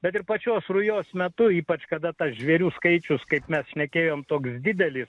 bet ir pačios rujos metu ypač kada tas žvėrių skaičius kaip mes šnekėjome toks didelis